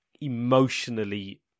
emotionally